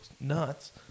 nuts